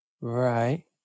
Right